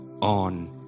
on